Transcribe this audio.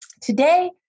Today